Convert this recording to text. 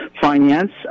finance